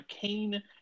Kane